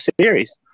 series